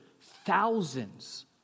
thousands